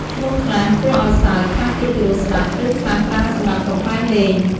ឈ្មោះខ្លះគួរឱ្យសើច ខ្លះទៀតពិរោះស្ដាប់ ឬខ្លះប្រើសម្រាប់កំប្លែងលេង។